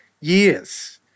years